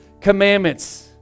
commandments